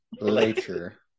later